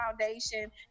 Foundation